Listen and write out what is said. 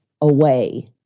away